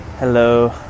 Hello